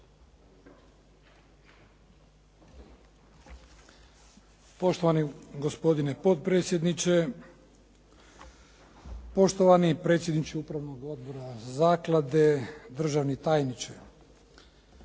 Poštovani gospodine potpredsjedniče, poštovani predsjedniče Upravnog odbora zaklade, državni tajniče.